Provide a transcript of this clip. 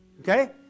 okay